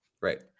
Right